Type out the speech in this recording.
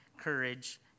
courage